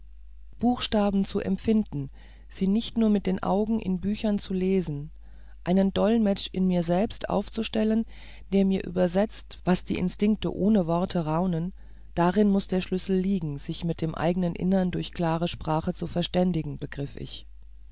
buchstaben zu empfinden sie nicht nur mit den augen in büchern zu lesen einen dolmetsch in mir selbst aufzustellen der mir übersetzt was die instinkte ohne worte raunen darin muß der schlüssel liegen sich mit dem eigenen innern durch klare sprache zu verständigen begriff ich